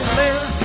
live